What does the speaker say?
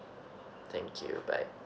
thank you bye